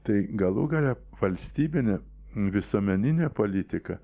tai galų gale valstybinė visuomeninė politika